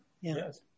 Yes